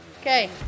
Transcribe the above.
Okay